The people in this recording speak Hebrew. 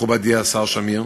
מכובדי השר שמיר?